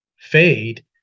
fade